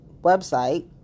website